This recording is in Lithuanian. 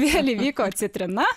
vėl įvyko citrina